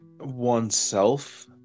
oneself